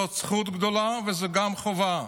זאת זכות גדולה וזאת גם חובה.